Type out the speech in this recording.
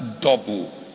double